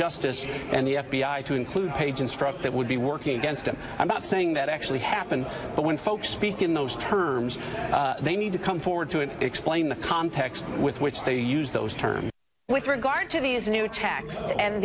justice and the f b i to include page instruct that would be working against him i'm not saying that actually happened but when folks speak in those terms they need to come forward to it explain the context with which they use those terms with regard to these new attacks and